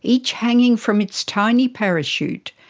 each hanging from its tiny parachute,